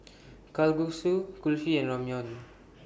Kalguksu Kulfi and Ramyeon